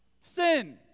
Sin